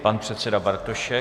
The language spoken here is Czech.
Pan předseda Bartošek.